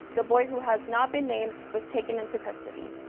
the boy who has not been named was taken into custody.